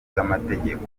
bw’amategeko